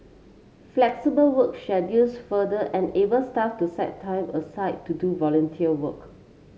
flexible work schedules further enable staff to set time aside to do volunteer work